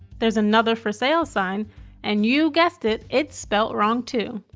there's another for sale sign and you guessed it, it's spelt wrong too.